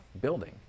building